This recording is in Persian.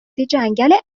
جنگل